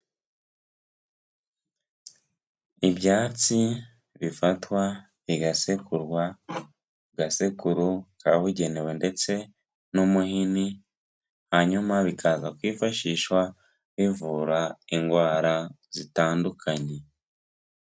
Ibyatsi bifatwa bigasekurwa mu gasekuru kabugenewe ndetse n'umuhini, hanyuma bikaza kwifashishwa bivura indwara zitandukanye.